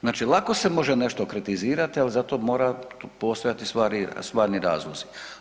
Znači lako se može nešto kritizirati, ali zato moraju postojati stvarni razlozi.